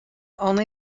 only